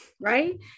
right